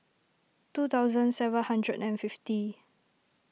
two thousand seven hundred and fifty